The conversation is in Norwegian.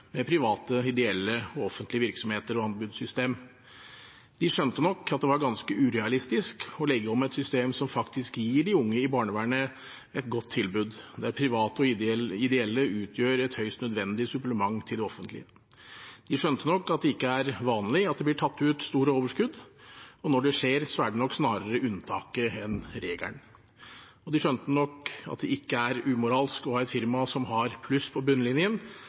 med private, ideelle og offentlige virksomheter og anbudssystem. De skjønte nok at det var ganske urealistisk å legge om et system som faktisk gir de unge i barnevernet et godt tilbud, der private og ideelle utgjør et høyst nødvendig supplement til det offentlige. De skjønte nok at det ikke er vanlig at det blir tatt ut store overskudd, og at når det skjer, er det nok snarere unntaket enn regelen. De skjønte nok at det ikke er umoralsk å ha et firma som har pluss på bunnlinjen,